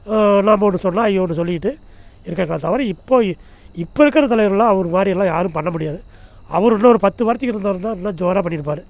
நாம் ஒன்று சொன்னால் அவங்க ஒன்று சொல்லிகிட்டு இருக்காங்களே தவிர இப்போது இப்போ இருக்கிற தலைவர்களெலாம் அவர்மாரிலாம் யாரும் பண்ண முடியாது அவர் இன்னொரு பத்து இருந்தாருன்னா இன்னும் ஜோராக பண்ணியிருப்பாரு